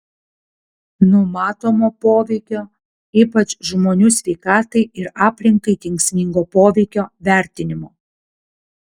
numatomo poveikio ypač žmonių sveikatai ir aplinkai kenksmingo poveikio vertinimo